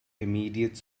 immediate